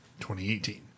2018